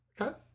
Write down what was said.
Okay